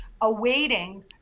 awaiting